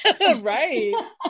Right